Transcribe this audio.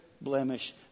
blemish